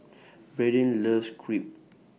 Braiden loves Crepe